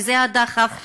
וזה הדחף לשיפור.